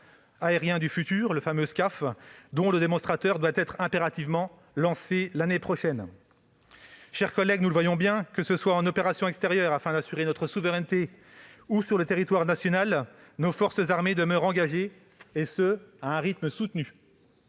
aérien du futur, le fameux SCAF dont le démonstrateur doit être impérativement lancé l'année prochaine. Chers collègues, nous le voyons bien, que ce soit en opérations extérieures, afin d'assurer notre souveraineté, ou sur le territoire national, nos forces armées demeurent engagées à un rythme soutenu.